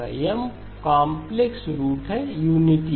M complex route है unity का